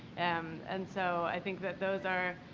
um and so i think that those are